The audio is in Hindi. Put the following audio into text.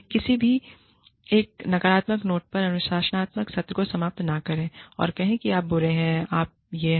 कभी भी एक नकारात्मक नोट पर एक अनुशासनात्मक सत्र को समाप्त न करें और कहें कि आप बुरे हैं आप यह हैं